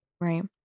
Right